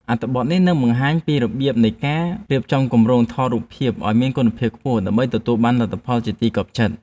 អត្ថបទនេះនឹងបង្ហាញពីរបៀបនៃការរៀបចំគម្រោងថតរូបភាពឱ្យមានគុណភាពខ្ពស់ដើម្បីទទួលបានលទ្ធផលជាទីគាប់ចិត្ត។